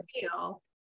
feel